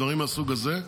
דברים מהסוג הזה,